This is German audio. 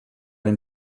den